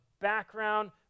background